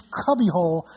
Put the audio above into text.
cubbyhole